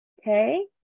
okay